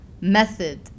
method